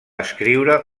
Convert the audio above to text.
escriure